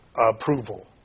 approval